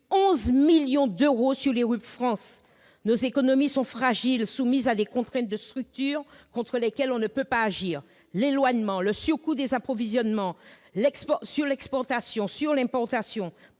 11 millions d'euros pour les RUP françaises ! Nos économies sont fragiles, soumises à des contraintes de structure contre lesquelles on ne peut pas agir : l'éloignement, le surcoût des approvisionnements, le surcoût du fret à l'exportation,